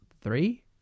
Three